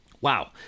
Wow